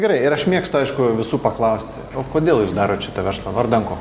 gerai ir aš mėgstu aišku visų paklausti o kodėl jūs darot šitą verslą vardan ko